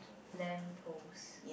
lamp post